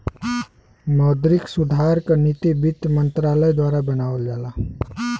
मौद्रिक सुधार क नीति वित्त मंत्रालय द्वारा बनावल जाला